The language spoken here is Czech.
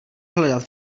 hledat